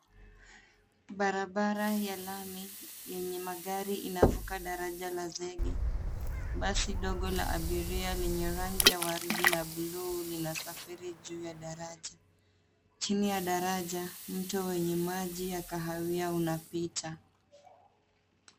Barabara ya lami yenye magari inavuka daraja la zege. Basi dogo la abiria lenye rangi ya waridi na blue linasafiri juu ya daraja. Chini ya daraja mto wenye maji ya kahawia unapita.